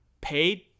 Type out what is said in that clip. paid